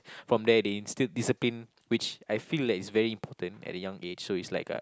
from there they instilled discipline which I feel like it's very important at a young age so it's like uh